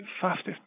fastest